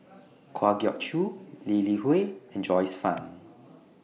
Kwa Geok Choo Lee Li Hui and Joyce fan